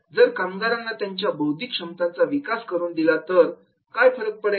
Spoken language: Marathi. जर कामगारांना त्यांच्या बौद्धिक क्षमतांचा वापर करू दिला तर काय फरक पडेल